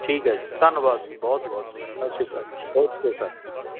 ਠੀਕ ਹੈ ਜੀ ਧੰਨਵਾਦ ਜੀ ਬਹੁਤ ਬਹੁਤ ਸਤਿ ਸ਼੍ਰੀ ਅਕਾਲ ਓਕੇ ਸਰ